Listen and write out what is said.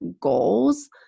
goals